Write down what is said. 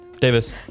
Davis